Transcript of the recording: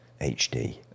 HD